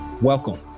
Welcome